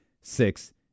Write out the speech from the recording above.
six